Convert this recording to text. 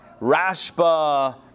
Rashba